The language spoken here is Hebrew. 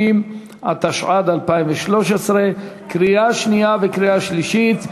50), התשע"ד 2013, קריאה שנייה וקריאה שלישית.